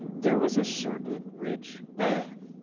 there was a certain rich man.